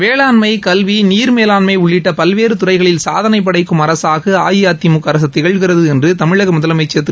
வேளாண்மை கல்வி நீர்மேலாண்மை உள்ளிட்ட பல்வேறு துறைகளில் சாதளை படைக்கும் அரசாக அஇஅதிமுக அரசு திகழ்கிறது என்று தமிழக முதலமைச்சர் திரு